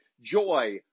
joy